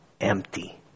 empty